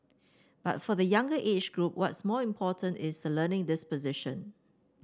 but for the younger age group what's more important is the learning disposition